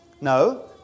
No